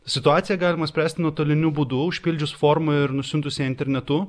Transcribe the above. situaciją galima spręsti nuotoliniu būdu užpildžius formą ir nusiuntus ją internetu